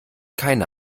keine